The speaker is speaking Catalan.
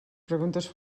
preguntes